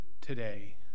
today